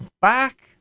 back